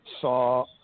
saw